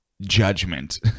judgment